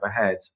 ahead